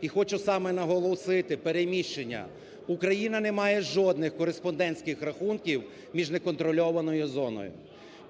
і хочу саме наголосити – переміщення. Україна не має жодних кореспондентських рахунків між неконтрольованою зоною.